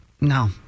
no